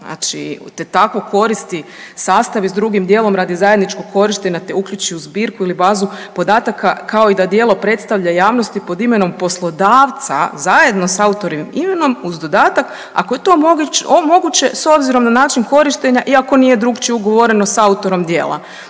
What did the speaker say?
prevodi, te tako koristi sastav i s drugim dijelom radi zajedničkog korištenja, te uključi u zbirku ili bazu podataka kao i da djelo predstavlja javnost pod imenom poslodavca zajedno sa autorovim imenom uz dodatak ako je to moguće s obzirom na način korištenja iako nije drukčije ugovoreno sa autorom djela.